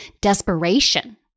desperation